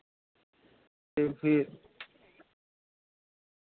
ते फिर